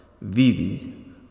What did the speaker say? Vivi